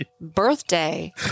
birthday